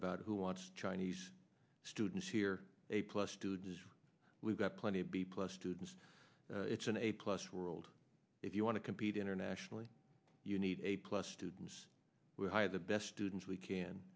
about who wants chinese students here a plus two does we've got plenty of b plus students it's an a plus world if you want to compete internationally you need a plus students we hire the best students we can